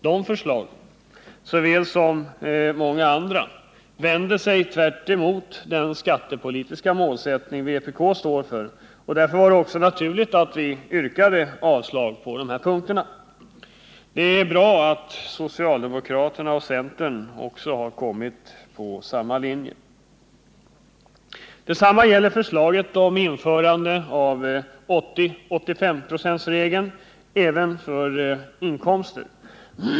De förslagen — såväl som många andra — vänder sig tvärt emot den skattepolitiska målsättning vpk står för, och därför var det naturligt att vi yrkade avslag på dessa punkter. Det är bra att socialdemokraterna och centern också har hamnat på samma linje. Detsamma gäller förslaget om införande av 80/85-procentsregeln även för inkomster.